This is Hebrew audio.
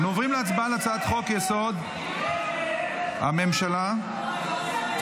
אנו עוברים להצבעה על הצעת חוק-יסוד: הממשלה (תיקון,